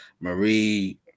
Marie